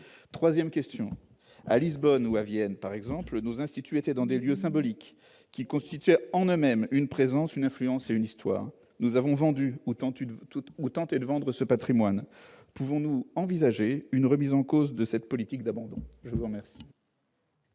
villes comme Lisbonne ou Vienne, nos instituts siégeaient dans des lieux symboliques, qui constituaient par eux-mêmes une présence, une influence et une histoire. Nous avons vendu, ou tenté de vendre, ce patrimoine. Pouvons-nous envisager une remise en cause de cette politique d'abandon ? La parole